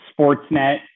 Sportsnet